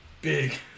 Big